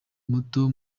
muto